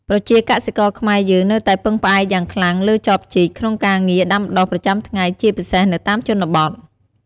ប្រជាកសិករខ្មែរយើងនៅតែពឹងផ្អែកយ៉ាងខ្លាំងលើចបជីក ក្នុងការងារ ដាំដុះ ប្រចាំថ្ងៃ ជាពិសេសនៅតាមជនបទ។